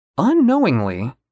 Unknowingly